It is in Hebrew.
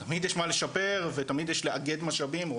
תמיד יש מה לשפר ותמיד יש לאגד משאבים,